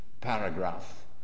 paragraph